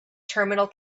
terminal